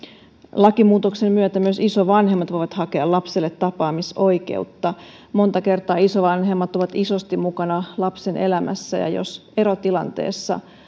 lakimuutoksen myötä myös isovanhemmat voivat hakea lapselle tapaamisoikeutta monta kertaa isovanhemmat ovat isosti mukana lapsen elämässä ja jos erotilanteessa